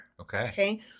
Okay